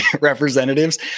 Representatives